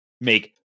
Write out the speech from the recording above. make